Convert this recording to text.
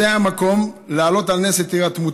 זה המקום להעלות על נס את ההירתמות